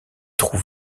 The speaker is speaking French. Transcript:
trous